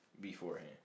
beforehand